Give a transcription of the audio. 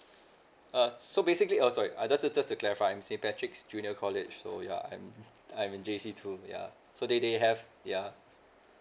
uh so basically oh sorry so just just to clarify I'm saint patrick's junior college so ya I'm I'm in J_C two ya so they they have ya